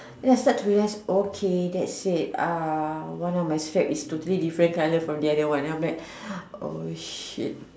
then I start to realize okay that's it uh one of my strap is totally different colour from the other one then I'm like oh shit